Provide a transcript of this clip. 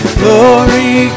glory